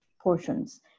portions